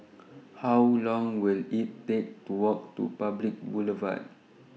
How Long Will IT Take to Walk to Public Boulevard